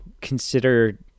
consider